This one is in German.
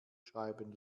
schreiben